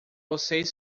vocês